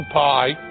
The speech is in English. pie